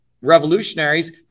revolutionaries